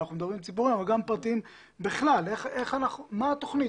מה התוכנית?